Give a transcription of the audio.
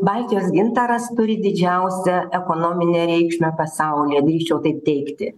baltijos gintaras turi didžiausią ekonominę reikšmę pasaulyje drįsčiau taip teigti